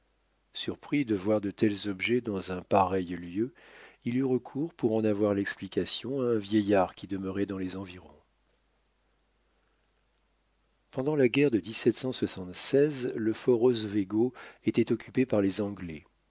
surpris de voir de tels objets dans un pareil lieu il eut recours pour en avoir l'explication à un vieillard qui demeurait dans les environs pendant la guerre de le fort oswego était occupé par les anglais